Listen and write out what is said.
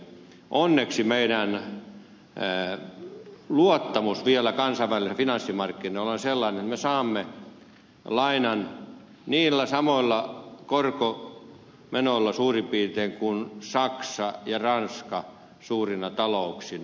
onneksi meidän luottamuksemme kansainvälisillä finanssimarkkinoilla on vielä sellainen että me saamme lainan suurin piirtein samoilla korkomenoilla kuin saksa ja ranska suurina talouksina